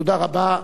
תודה רבה.